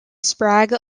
sprague